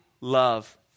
love